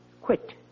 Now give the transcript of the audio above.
Quit